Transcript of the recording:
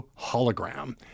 Hologram